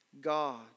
God